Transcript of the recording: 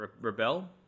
rebel